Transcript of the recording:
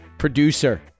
producer